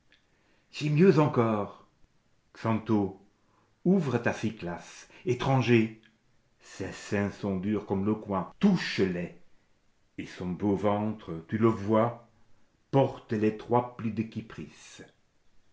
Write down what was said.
j'ai mieux encore xanthô ouvre ta cyclas étranger ses seins sont durs comme le coing touche les et son beau ventre tu le voie porte les trois plis